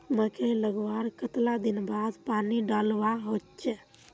मकई लगवार कतला दिन बाद पानी डालुवा होचे?